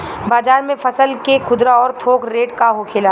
बाजार में फसल के खुदरा और थोक रेट का होखेला?